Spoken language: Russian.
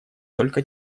только